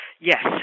Yes